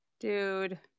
Dude